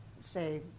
say